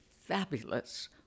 fabulous